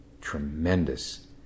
tremendous